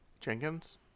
Jenkins